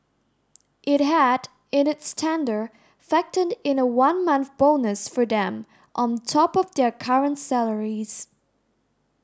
it had in its tender factored in a one month bonus for them on top of their current salaries